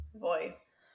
voice